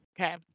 Okay